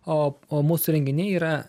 o o mūsų renginiai yra